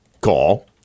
call